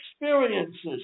experiences